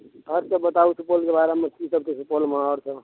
आओर सब बताबू सुपौल के बारेमे की सब छै सुपौलमे आओर सब